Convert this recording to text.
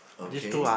okay